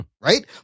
Right